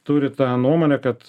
turi tą nuomonę kad